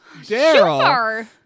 Daryl